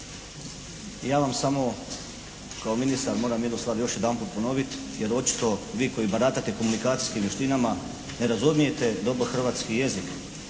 Ja vam samo kao ministar moram jednu stvar još jedanput ponoviti jer očito vi koji baratate komunikacijskim vještinama ne razumijete dobro hrvatski jezik.